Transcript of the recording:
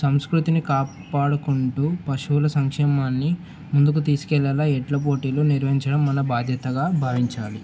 సంస్కృతిని కాపాడుకుంటూ పశువుల సంక్షేమాన్ని ముందుకు తీసుకెళ్ళేలా ఎడ్ల పోటీలు నిర్వహించడం మన బాధ్యతగా భావించాలి